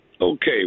Okay